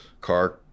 car